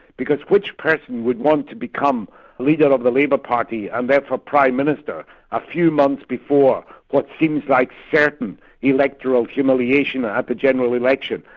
because which person would want to become leader of the labour party and therefore prime minister a few months before what seems like certain electoral humiliation at the general election?